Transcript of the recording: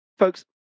folks